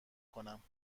کنم